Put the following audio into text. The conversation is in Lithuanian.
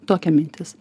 tokia mintis